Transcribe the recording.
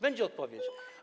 Będzie odpowiedź.